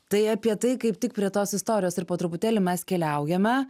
tai apie tai kaip tik prie tos istorijos ir po truputėlį mes keliaujame